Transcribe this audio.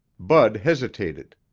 bud hesitated.